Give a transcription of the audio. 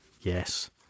Yes